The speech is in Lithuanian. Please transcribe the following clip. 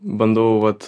bandau vat